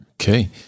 Okay